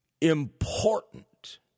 important